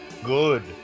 Good